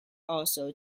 also